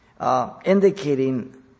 Indicating